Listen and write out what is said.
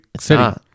city